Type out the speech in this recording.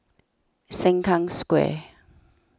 Sengkang Square